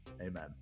Amen